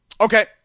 Okay